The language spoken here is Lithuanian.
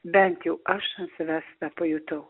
bent jau aš ant savęs pajutau